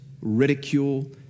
ridicule